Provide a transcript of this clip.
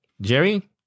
Jerry